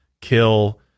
kill